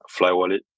FlyWallet